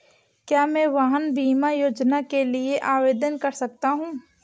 क्या मैं वाहन बीमा योजना के लिए आवेदन कर सकता हूँ?